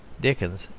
Dickens